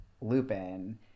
Lupin